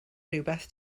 rywbeth